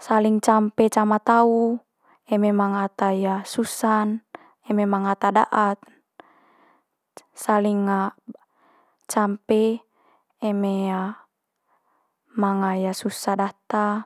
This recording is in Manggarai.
saling campe cama tau, eme manga ata susa'n, eme manga ata daat saling campe eme manga susah data.